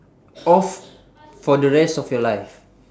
off for the rest of your life